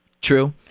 True